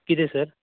कितें सर